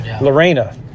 Lorena